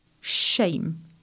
shame